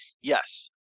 Yes